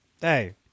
hey